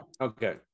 okay